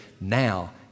now